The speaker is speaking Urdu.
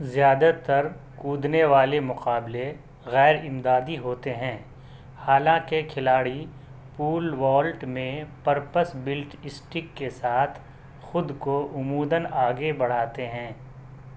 زیادہ تر کودنے والے مقابلے غیرامدادی ہوتے ہیں حالانکہ کھلاڑی پول والٹ میں پرپس بلٹ سٹکس کے ساتھ خود کو عموداََ آگے بڑھاتے ہیں